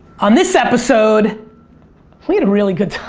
on this episode, we had a really good